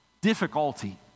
difficulty